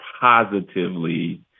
positively